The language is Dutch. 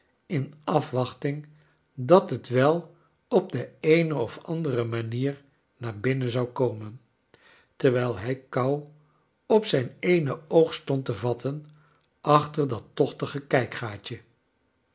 in afwachting dat het wel op de eene of andere manier naar binnen zou komen terwijl hij kou op zijn eene oog stond te vatten achter dat tochtige